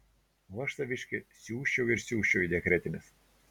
o aš saviškę siųsčiau ir siųsčiau į dekretines